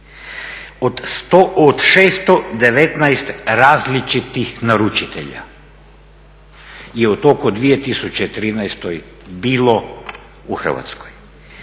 od 619 različitih naručitelja. I … u 2013. bilo u Hrvatskoj.